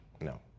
No